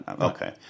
okay